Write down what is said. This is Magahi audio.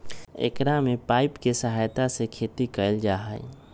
एकरा में पाइप के सहायता से खेती कइल जाहई